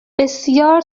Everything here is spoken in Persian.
بسیار